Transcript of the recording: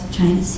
China